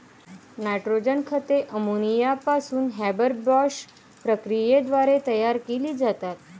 nitrogen खते ammonia पासून Haber Bosch प्रक्रियेद्वारे तयार केली जातात